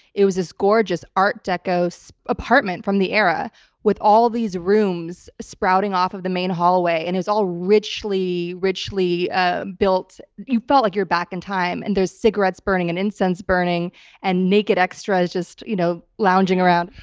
it was this gorgeous art deco so apartment from the era with all these rooms sprouting off of the main hallway and it was all richly, richly ah built. you felt like you were back in time and there's cigarettes burning and incense burning and naked extras just you know lounging around.